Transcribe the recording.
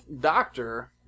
doctor